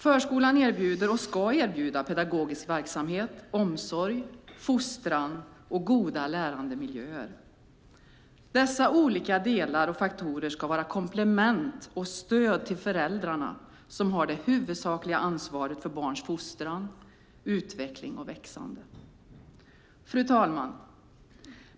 Förskolan erbjuder, och ska erbjuda, pedagogisk verksamhet, omsorg, fostran och goda lärandemiljöer. Dessa olika delar och faktorer ska vara komplement och stöd till föräldrarna, som har det huvudsakliga ansvaret för barns fostran, utveckling och växande. Fru talman!